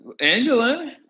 Angela